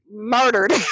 murdered